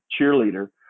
cheerleader